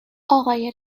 آقای